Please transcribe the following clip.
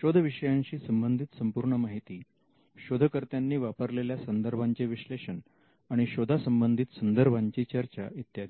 शोध विषयाशी संबंधित संपूर्ण माहिती शोधकर्त्यांनी वापरलेल्या संदर्भांचे विश्लेषण आणि शोधा संबंधित संदर्भांची चर्चा इत्यादी